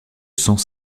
sens